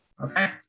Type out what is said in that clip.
Okay